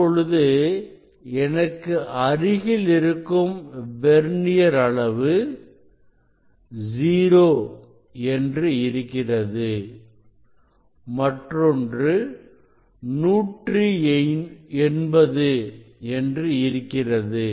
இப்பொழுது எனக்கு அருகில் இருக்கும் வெர்னியர் அளவு 0 என்று இருக்கிறது மற்றொன்று 180 என்று இருக்கிறது